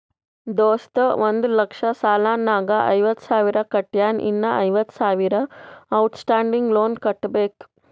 ದೋಸ್ತ ಒಂದ್ ಲಕ್ಷ ಸಾಲ ನಾಗ್ ಐವತ್ತ ಸಾವಿರ ಕಟ್ಯಾನ್ ಇನ್ನಾ ಐವತ್ತ ಸಾವಿರ ಔಟ್ ಸ್ಟ್ಯಾಂಡಿಂಗ್ ಲೋನ್ ಕಟ್ಟಬೇಕ್